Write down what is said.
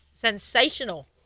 sensational